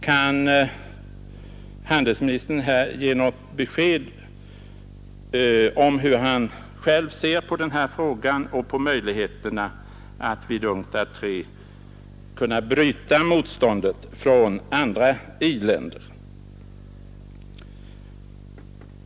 Kan handelsministern här ge något besked om hur han själv ser på frågan och på möjligheterna att vid UNCTAD III kunna bryta motståndet från andra i-länder?